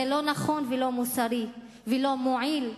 זה לא נכון ולא מוסרי ולא מועיל,